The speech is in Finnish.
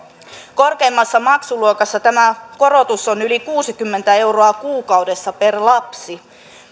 korkeimmassa maksuluokassa tämä korotus on yli kuusikymmentä euroa kuukaudessa per lapsi